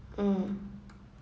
mm